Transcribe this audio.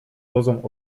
dozą